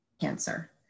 cancer